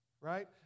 right